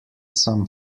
some